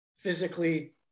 physically